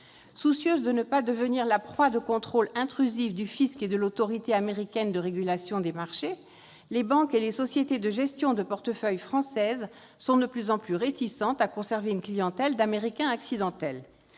Soucieuses de ne pas devenir les proies de contrôles intrusifs du fisc et de l'autorité américaine de régulation des marchés, les banques et les sociétés de gestion de portefeuille françaises sont de plus en plus réticentes à conserver une clientèle d'« Américains accidentels